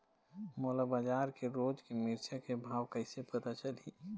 मोला बजार के रोज के मिरचा के भाव कइसे पता चलही?